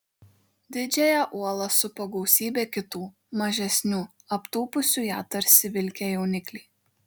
didžiąją uolą supo gausybė kitų mažesnių aptūpusių ją tarsi vilkę jaunikliai